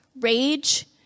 rage